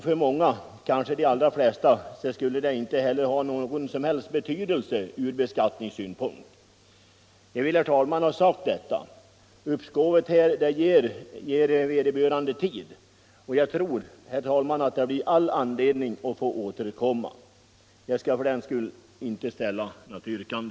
För många, kanske de allra flesta, skulle det inte ha någon som helst betydelse från beskattningssynpunkt. Jag vill, herr talman, ha detta sagt. Uppskovet ger vederbörande tid, och jag tror att det finns all anledning att återkomma. Jag skall för den skull inte nu ställa något yrkande.